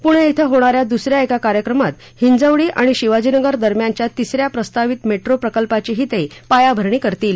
पूणे िं होणा या दुस या एका कार्यक्रमात हिंजवडी आणि शिवाजीनगर दरम्यानच्या तिस या प्रस्तावित मेट्रो प्रकल्पाचीही ते पायाभरणी करतील